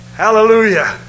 Hallelujah